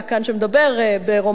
שמדבר ברוממות,